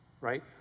right